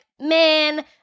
man